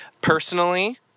personally